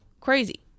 crazy